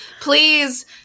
please